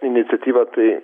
iniciatyvą tai